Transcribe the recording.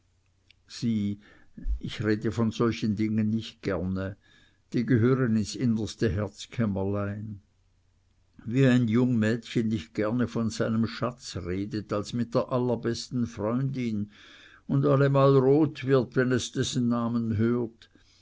sieh ich rede von solchen dingen nicht gerne die gehören in das innerste herzkämmerlein wie ein jung mädchen nicht gerne von seinem schatz redet als mit der allerbesten freundin und allemal rot wird wenn es dessen namen hört